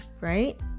right